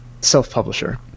self-publisher